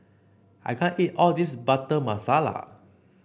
I can't eat all this Butter Masala